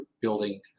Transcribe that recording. building